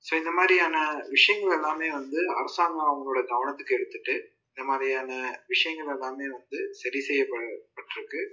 so இது மாதிரியான விஷயங்கள் எல்லாமே வந்து அரசாங்கம் அவங்களோட கவனத்துக்கு எடுத்துகிட்டு இந்த மாதிரியான விஷயங்கள் எல்லாமே வந்து சரி செய்யப்பட்டிருக்கு